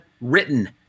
written